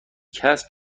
کسب